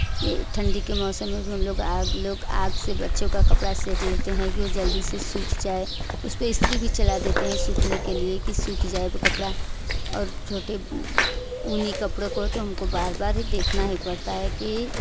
यह ठंडी के मौसम में भी हम लोग आग लोग आग से बच्चों का कपड़ा सेंक लेते हैं की यह जल्दी से सूख जाए उस पर इस्त्री भी चला देते हैं सूखने के लिए कि सूख जाए वह कपड़ा और छोटे ऊनी कपड़ों को तो हमको बार बार देखना है पड़ता है कि